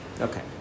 Okay